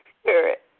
spirit